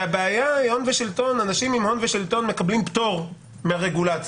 הבעיה שאנשים עם הון ושלטון מקבלים פטור מהרגולציה.